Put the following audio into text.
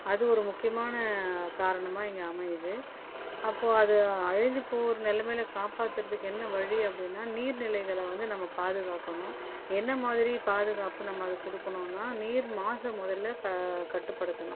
அது ஒரு முக்கியமான காரணமா இங்கே அமையுது அப்போது அது அழிந்து போகிற நிலமையில காப்பாத்துகிறதுக்கு என்ன வழி அப்படின்னா நீர்நிலைகளை வந்து நம்ம பாதுகாக்கணும் என்ன மாதிரி பாதுகாப்பு நம்ம அதுக்கு கொடுக்கணுன்னா நீர் மாச முதல்ல க கட்டுப்படுத்தணும்